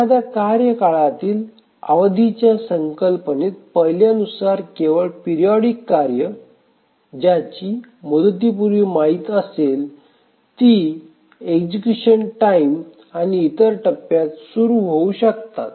एखाद्या कार्य काळातील अवधीच्या संकल्पनेत पाहिल्या नुसार केवळ पिरियॉडिक कार्ये ज्याची मुदतीपूर्वी माहित असेल ती एक्सक्यूशन टाइम आणि इतर टप्प्यात सुरू होऊ शकतात